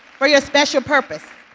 for your special purpose.